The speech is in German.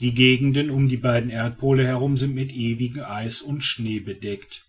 die gegenden um die beiden erdpole herum sind mit ewigem eis und schnee bedeckt